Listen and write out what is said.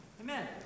Amen